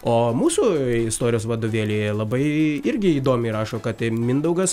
o mūsų istorijos vadovėlyje labai irgi įdomiai rašo kad mindaugas